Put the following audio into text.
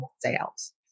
Sales